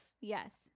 Yes